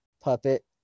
puppet